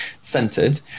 centered